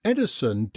Edison